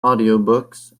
audiobooks